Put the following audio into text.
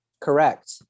Correct